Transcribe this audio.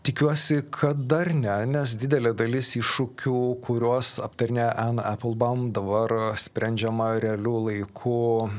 tikiuosi kad dar ne nes didelė dalis iššūkių kuriuos aptarinėja en eplbaum dabar sprendžiama realiu laiku